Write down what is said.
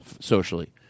socially